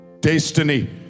destiny